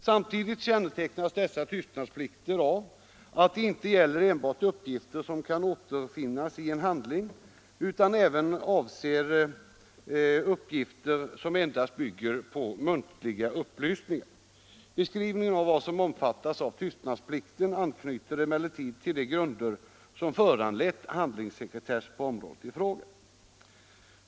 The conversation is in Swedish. Samtidigt kännetecknas dessa tystnadsplikter av att de inte gäller enbart uppgifter som kan återfinnas i en handling utan även avser uppgifter som endast bygger på muntliga upplysningar. Beskrivningen av vad som omfattas av tystnadsplikten anknyter emellertid till de grunder som föranlett handlingssekretess på området i fråga.